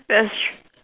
that's shoo